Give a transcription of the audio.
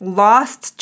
lost